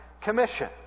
Commission